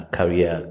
Career